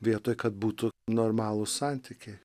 vietoj kad būtų normalūs santykiai